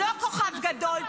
לא כוכב גדול,